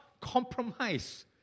compromise